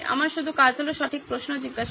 আমার শুধু কাজ হল সঠিক প্রশ্ন জিজ্ঞেস করা